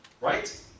right